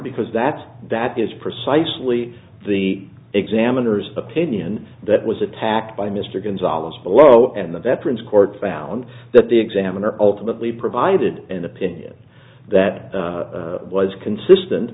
because that's that is precisely the examiners opinion that was attacked by mr gonzales below and the veterans court found that the examiner ultimately provided an opinion that was consistent